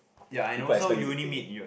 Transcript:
ya I know so you only meet you